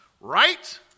right